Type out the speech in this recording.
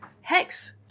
Hex